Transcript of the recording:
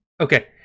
Okay